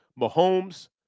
Mahomes